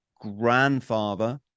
grandfather